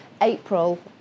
April